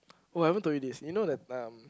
oh I haven't told you this you know that time